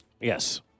yes